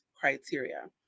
criteria